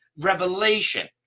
revelation